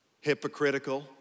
hypocritical